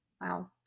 Wow